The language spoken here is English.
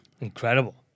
incredible